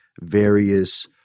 various